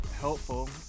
helpful